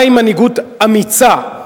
מהי מנהיגות אמיצה?